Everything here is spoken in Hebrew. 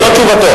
זו תשובתו.